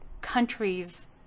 countries